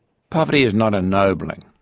poverty is not ennobling.